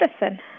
medicine